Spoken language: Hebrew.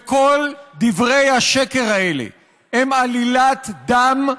כל דברי השקר האלה הם עלילת דם,